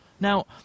Now